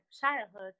childhood